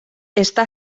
està